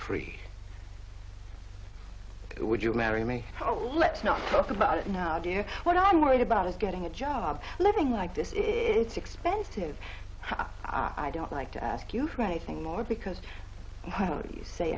it would you marry me oh let's not talk about it now dear what i'm worried about is getting a job living like this it's expensive i don't like to ask you for anything more because you say